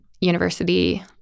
university